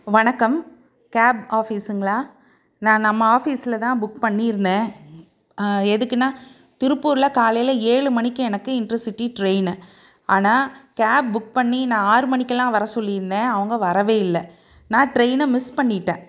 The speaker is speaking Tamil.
வணக்கம் கேப் ஆஃபீஸுங்களா நான் நம்ம ஆஃபீஸில் தான் புக் பண்ணியிருந்தேன் எதுக்குன்னா திருப்பூரில் காலையில் ஏழு மணிக்கு எனக்கு இன்ட்ருசிட்டி ட்ரெயினு ஆனால் கேப் புக் பண்ணி நான் ஆறுமணிக்கெல்லாம் வர சொல்லியிருந்தேன் அவங்க வரவே இல்லை நான் ட்ரெயினை மிஸ் பண்ணிட்டேன்